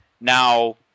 Now